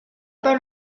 pas